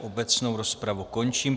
Obecnou rozpravu končím.